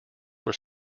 were